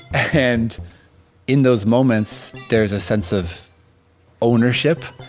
and in those moments there is a sense of ownership,